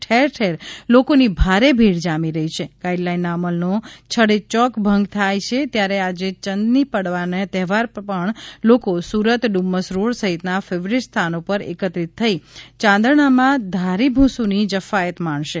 ઠેર ઠેર લોકોની ભારે ભીડ જામી રહી છે ગાઈડલાઈનના અમલનો છડેચોક ભંગ થાય છે ત્યારે આજે ચંદની પડવાનો તહેવાર પણ લોકો સુરત ડુમસ રોડ સહિતના ફેવરિટ સ્થાનો પર એકત્રિત થઈ ચાંદરણામાં ઘારી ભૂસંની જયાફત માણશે